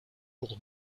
pour